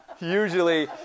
Usually